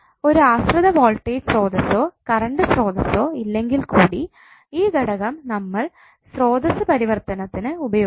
ഒരു ആശ്രിത വോൾടേജ് സ്രോതസ്സുസോ കറണ്ട് സ്രോതസ്സുസോ ഇല്ലെങ്കിൽകൂടി ഈ ഘടകം നമ്മൾ സ്രോതസ്സു പരിവർത്തനത്തിന് ഉപയോഗിക്കില്ല